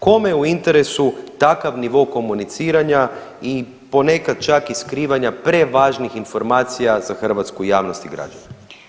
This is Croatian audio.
Kome je u interesu takav nivo komuniciranja i ponekad čak i skrivanja prevažnih informacija za hrvatsku javnost i građane.